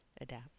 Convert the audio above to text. adapt